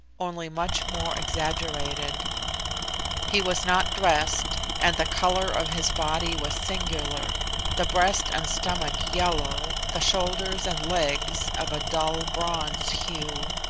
only much more exaggerated he was not dressed, and the colour of his body was singular the breast and stomach yellow, the shoulders and legs of a dull bronze hue